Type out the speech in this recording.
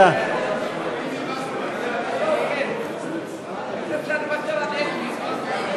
איך אפשר לוותר על אלקין?